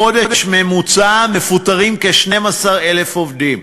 בחודש ממוצע מפוטרים כ-12,000 עובדים,